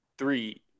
Three